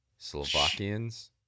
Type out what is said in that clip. Slovakians